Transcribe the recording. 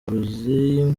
burozi